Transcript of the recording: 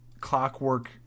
clockwork